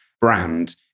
brand